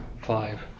five